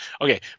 Okay